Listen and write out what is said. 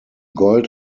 gold